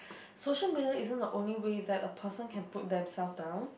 social media isn't the only way that a person can put themselves down